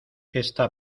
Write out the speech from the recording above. esta